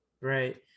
Right